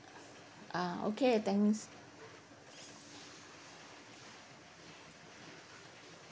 ah okay thanks